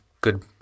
good